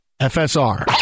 FSR